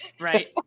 right